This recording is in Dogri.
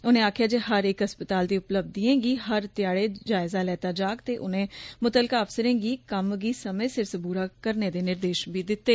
उनें आक्खेया जे हर इक अस्पताल दी उपलब्धियें गी हर ध्याड़े जायज़ा लैता जाग ते उनें मुत्तलका अफसरें गी कम्म गी समे सिर सबूरा करने दे निर्देश बी दिते